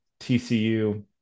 TCU